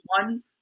One